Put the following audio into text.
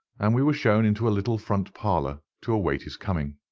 and we were shown into a little front parlour to await his coming.